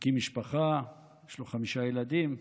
הקים משפחה, יש לו חמישה ילדים,